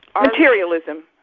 Materialism